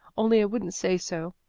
only i wouldn't say so.